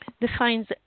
defines